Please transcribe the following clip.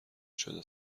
شده